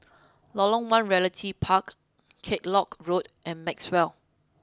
Lorong one Realty Park Kellock Road and Maxwell